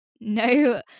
no